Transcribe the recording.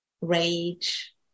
rage